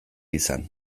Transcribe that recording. izan